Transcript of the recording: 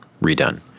redone